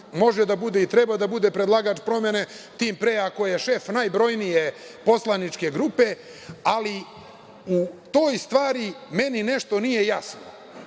može da bude i treba da bude predlagač promene, tim pre ako je šef najbrojnije poslaničke grupe, ali u toj stvari meni nešto nije jasno. Dve